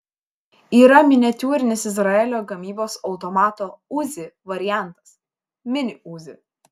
yra miniatiūrinis izraelio gamybos automato uzi variantas mini uzi